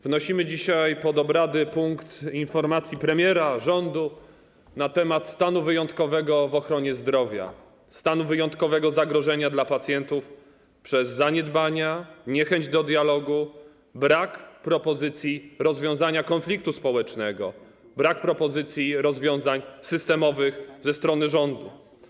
Wnosimy dzisiaj pod obrady punkt dotyczący informacji premiera rządu na temat stanu wyjątkowego w ochronie zdrowia, stanu wyjątkowego zagrożenia dla pacjentów przez zaniedbania, niechęć do dialogu, brak propozycji rozwiązania konfliktu społecznego, brak propozycji rozwiązań systemowych ze strony rządu.